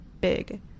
big